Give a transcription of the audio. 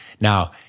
Now